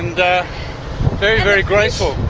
and very, very graceful.